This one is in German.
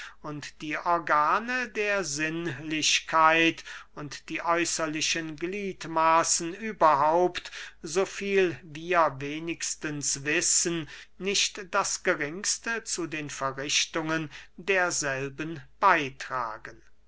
die organe der sinnlichkeit und die äußerlichen gliedmaßen überhaupt so viel wir wenigstens wissen nicht das geringste zu den verrichtungen derselben beytragen